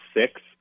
six